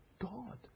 God